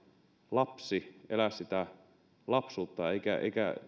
lapsi ja elää sitä lapsuutta eikä